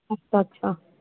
अच्छा अच्छा